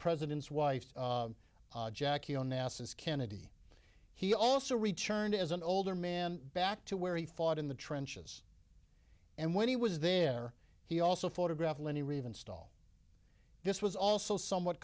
president's wife jackie onassis kennedy he also returned as an older man back to where he fought in the trenches and when he was there he also photographed lenny reeve install this was also somewhat